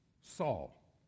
Saul